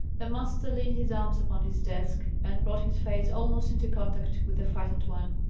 the master leaned his arms upon his desk, and brought his face almost into contact with the frightened one.